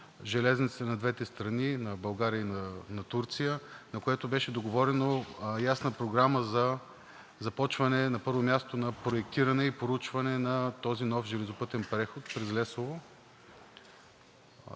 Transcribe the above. на двете страни – на България и на Турция, на която беше договорена ясна програма за започване, на първо място, на проектиране и проучване на този нов железопътен преход през Лесово.